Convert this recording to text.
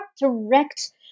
direct